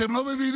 אתם לא מבינים?